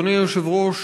אדוני היושב-ראש,